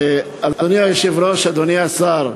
אדוני היושב-ראש, אדוני השר,